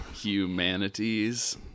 Humanities